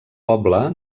poble